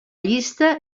llista